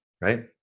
right